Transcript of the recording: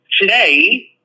today